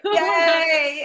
yay